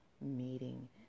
meeting